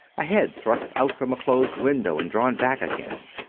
a head thrust out from a closed window and drawn back again.